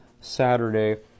Saturday